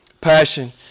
passion